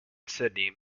sydney